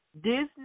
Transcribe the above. Disney